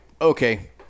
Okay